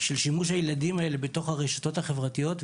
של שימוש הילדים האלה בתוך הרשתות החברתיות,